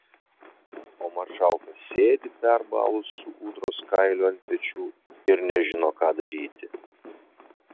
o maršalka sėdi perbalus su ūdros kailiu ant pečių ir nežino ką daryti